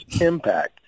impact